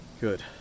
Good